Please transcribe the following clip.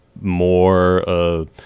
more